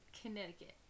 Connecticut